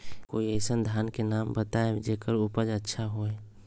का कोई अइसन धान के नाम बताएब जेकर उपज अच्छा से होय?